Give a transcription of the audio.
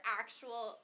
actual